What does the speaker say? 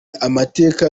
amateka